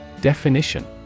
Definition